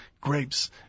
grapes